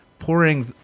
pouring